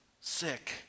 sick